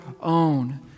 own